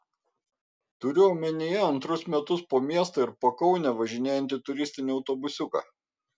turiu omenyje antrus metus po miestą ir pakaunę važinėjantį turistinį autobusiuką